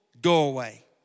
doorway